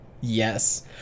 yes